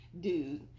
dude